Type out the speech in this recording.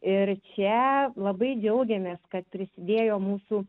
ir čia labai džiaugiamės kad prisidėjo mūsų